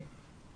כן.